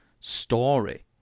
story